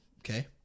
okay